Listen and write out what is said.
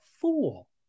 fool